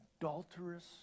adulterous